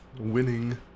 Winning